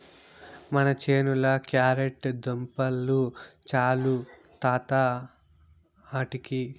మన చేనుల క్యారెట్ దుంపలు చాలు తాత ఆటికి